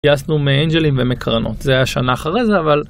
גייסנו מאנג'לים ומקרנות. זה היה שנה אחרי זה, אבל...